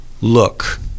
look